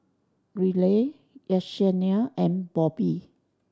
Ryleigh Yessenia and Bobbi